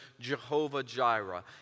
Jehovah-Jireh